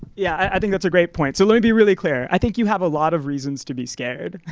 yeah, i think that's a great point. so let me be really clear, i think you have a lot of reasons to be scared.